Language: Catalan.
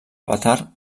avatar